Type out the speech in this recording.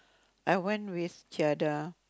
I went with